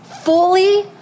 fully